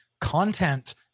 content